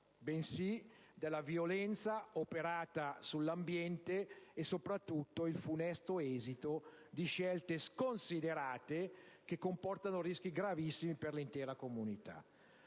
bensì della violenza operata sull'ambiente, e soprattutto il funesto esito di scelte sconsiderate che comportano rischi gravissimi per l'intera comunità.